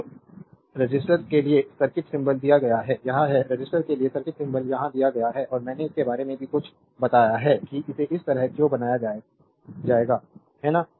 तो रेसिस्टर के लिए सर्किट सिंबल दिया गया है यह है रेज़िस्टर के लिए सर्किट सिंबल यहाँ दिया गया है और मैंने इनके बारे में भी कुछ बताया है कि इसे इस तरह क्यों बनाया जाएगा है ना